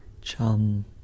Chum